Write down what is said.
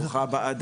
ברוכה הבאה.